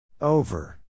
over